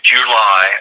July